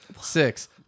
Six